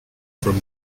from